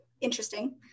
interesting